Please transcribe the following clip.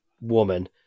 woman